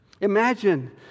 imagine